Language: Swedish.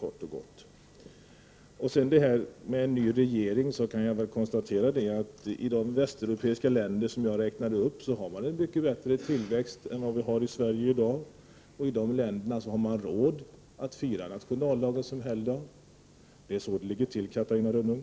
När det gäller detta med en ny regering kan jag konstatera att man i de västeuropeiska länder jag räknade upp har en mycket bättre tillväxt än vi har i Sverige i dag. I de länderna har man råd att fira nationaldagen som helgdag. Det är så det ligger till, Catarina Rönnung.